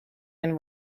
and